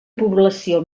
població